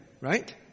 right